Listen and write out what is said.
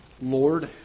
Lord